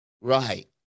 right